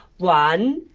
one.